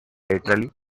laterally